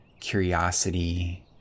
curiosity